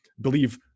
believe